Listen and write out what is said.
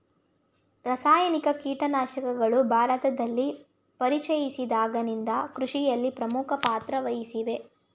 ರಾಸಾಯನಿಕ ಕೀಟನಾಶಕಗಳು ಭಾರತದಲ್ಲಿ ಪರಿಚಯಿಸಿದಾಗಿನಿಂದ ಕೃಷಿಯಲ್ಲಿ ಪ್ರಮುಖ ಪಾತ್ರ ವಹಿಸಿವೆ